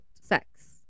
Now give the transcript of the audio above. sex